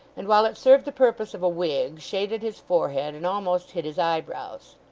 and, while it served the purpose of a wig, shaded his forehead, and almost hid his eyebrows.